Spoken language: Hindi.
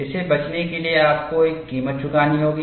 इससे बचने के लिए आपको एक कीमत चुकानी होगी